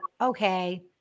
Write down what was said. okay